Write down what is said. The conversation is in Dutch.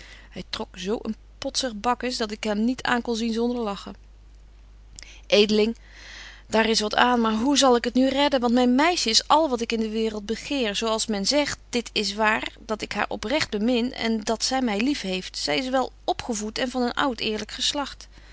hy trok zo een potzig bakkes dat ik hem niet aan kon zien zonder lachen betje wolff en aagje deken historie van mejuffrouw sara burgerhart edeling daar is wat aan maar hoe zal ik het nu redden want myn meisje is al wat ik in de waereld begeer zo als men zegt dit is waar dat ik haar oprecht bemin en dat zy my lief heeft zy is wel opgevoet en van een oud eerlyk